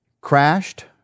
Crashed